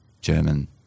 German